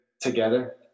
together